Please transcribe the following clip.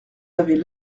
avez